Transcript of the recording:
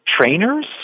trainers